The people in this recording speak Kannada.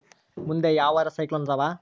ಮುಂದೆ ಯಾವರ ಸೈಕ್ಲೋನ್ ಅದಾವ?